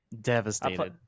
Devastated